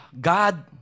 God